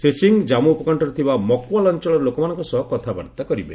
ଶ୍ରୀ ସିଂହ ଜାନ୍ଧୁ ଉପକଶ୍ଚରେ ଥିବା ମକ୍ୱାଲ୍ ଅଞ୍ଚଳର ଲୋକମାନଙ୍କ ସହ କଥାବାର୍ତ୍ତା କରିବେ